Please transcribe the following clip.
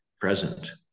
present